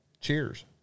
cheers